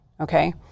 okay